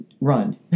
run